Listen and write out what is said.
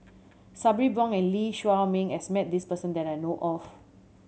Sabri Buang and Lee Shao Meng has met this person that I know of